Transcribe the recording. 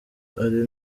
ari